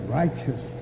righteous